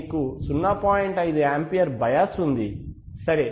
5 ampere bias ఉంది సరే